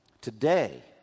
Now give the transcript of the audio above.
Today